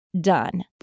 done